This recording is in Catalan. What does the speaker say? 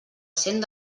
cent